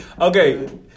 Okay